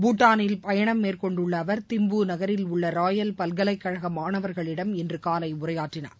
பூட்டானில் பயணம் மேற்கொண்டுள்ள அவர் திம்பு நகரில் உள்ள ராயல் பல்கலைக்கழக மாணவர்களிடம் இன்று காலை உரையாற்றினார்